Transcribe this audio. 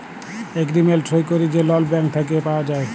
agreement সই ক্যইরে যে লল ব্যাংক থ্যাইকে পাউয়া যায়